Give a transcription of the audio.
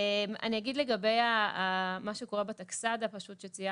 אני אגיד לגבי מה שקורה ב --- שציינתם.